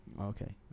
Okay